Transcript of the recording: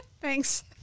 Thanks